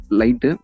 light